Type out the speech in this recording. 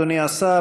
אדוני השר,